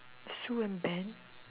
sue and ben